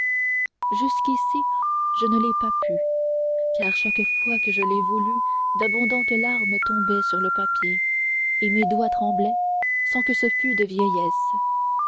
jusqu'ici je ne l'ai pas pu car chaque fois que je l'ai voulu d'abondantes larmes tombaient sur le papier et mes doigts tremblaient sans que ce fût de vieillesse